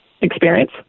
experience